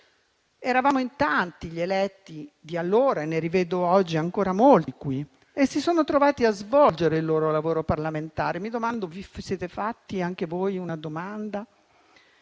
erano tanti, e oggi ne rivedo ancora molti qui, e si sono trovati a svolgere il loro lavoro parlamentare. Mi domando se vi siete fatti anche voi una domanda.